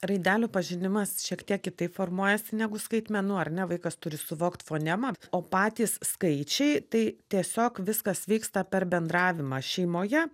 raidelių pažinimas šiek tiek kitaip formuojasi negu skaitmenų ar ne vaikas turi suvokt fonemą o patys skaičiai tai tiesiog viskas vyksta per bendravimą šeimoje